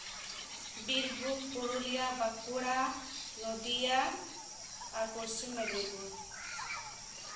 ᱵᱤᱨᱵᱷᱩᱢ ᱯᱩᱨᱩᱞᱤᱭᱟ ᱵᱟᱸᱠᱩᱲᱟ ᱱᱚᱫᱤᱭᱟ ᱟᱨ ᱯᱚᱥᱪᱷᱤᱢ ᱢᱮᱫᱽᱱᱤᱯᱩᱨ